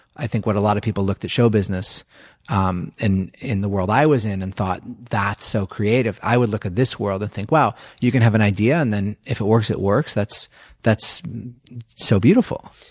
i think that was what a lot of people looked at show business um in in the world i was in and thought, that's so creative, i would look at this world and think, wow, you can have an idea and then, if it works, it works. that's that's so beautiful.